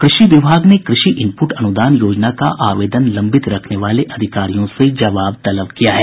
कृषि विभाग ने कृषि इनपुट अनुदान योजना का आवेदन लंबित रखने वाले अधिकारियों से जवाब तलब किया है